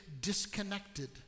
disconnected